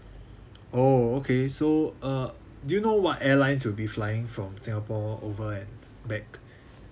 oh okay so uh do you know what airlines we'll be flying from singapore over and back